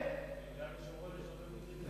ביהודה ושומרון יש הרבה מקרים כאלה.